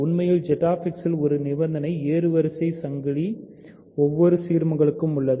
உண்மையில் ZX இல் ஒரு நிபந்தனையின் ஏறுவரிசை சங்கிலி ஒவ்வொரு சீர்மங்களுக்கும் உள்ளது